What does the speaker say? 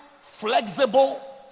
flexible